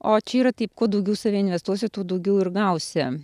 o čia yra taip kad daugiau save investuosi tuo daugiau ir gausi